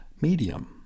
medium